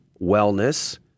wellness